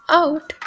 out